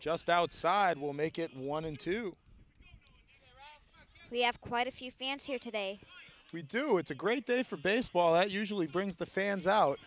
just outside will make it one in two we have quite a few fans here today we do it's a great day for baseball as usually brings the fans out